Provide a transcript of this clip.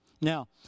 Now